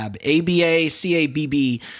A-B-A-C-A-B-B